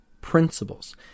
principles